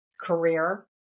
career